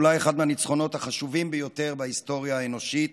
אולי אחד מהניצחונות החשובים ביותר בהיסטוריה האנושית,